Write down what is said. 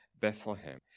Bethlehem